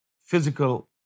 physical